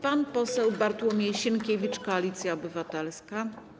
Pan poseł Bartłomiej Sienkiewicz, Koalicja Obywatelska.